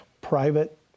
private